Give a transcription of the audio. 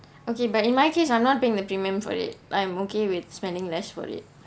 okay but in my case I'm not paying the premium for it like I'm okay with spending less for it